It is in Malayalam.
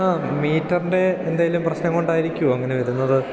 ആ മീറ്ററിൻ്റെ എന്തെങ്കിലും പ്രശ്നം കൊണ്ടായിരിക്കുമോ അങ്ങനെ വരുന്നത്